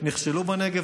נכשלו בנגב,